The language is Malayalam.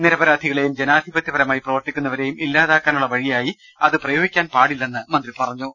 നിരപരാധികളെയും ജനാധിപത്യപരമായി പ്രവർത്തി ക്കുന്നവരെയും ഇല്ലാതാക്കാനുള്ള വഴിയായി അത് പ്രട്ടോഗിക്കാൻ പാടില്ലെന്ന് മന്ത്രി അഭിപ്രായപ്പെട്ടു